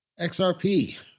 XRP